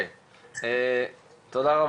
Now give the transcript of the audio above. תודה,